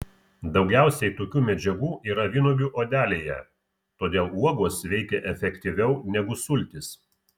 daugiausiai tokių medžiagų yra vynuogių odelėje todėl uogos veikia efektyviau negu sultys